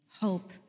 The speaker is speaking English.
Hope